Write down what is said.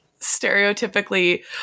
stereotypically